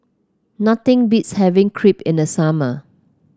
nothing beats having Crepe in the summer